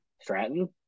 Stratton